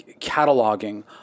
cataloging